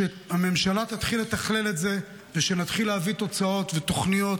שהממשלה תתחיל לתכלל את זה ושנתחיל להביא תוצאות ותוכניות.